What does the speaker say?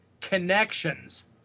connections